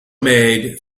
made